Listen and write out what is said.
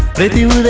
did you